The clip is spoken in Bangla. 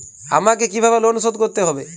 আমাকে কিভাবে লোন শোধ করতে হবে?